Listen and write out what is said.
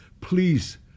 Please